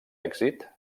èxit